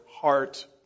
heart